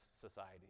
society